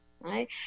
Right